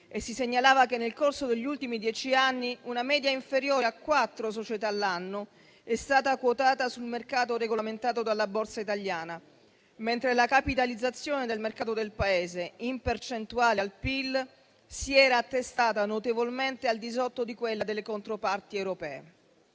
e si segnalava che nel corso degli ultimi dieci anni una media inferiore a quattro società all'anno è stata quotata sul mercato regolamentato dalla borsa italiana, mentre la capitalizzazione del mercato del Paese in percentuale al PIL si era attestata notevolmente al di sotto di quella delle controparti europee.